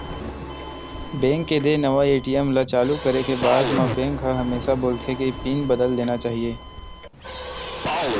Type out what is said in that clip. bank के देय नवा ए.टी.एम ल चालू करे के बाद म बेंक ह हमेसा बोलथे के पिन बदल लेना चाही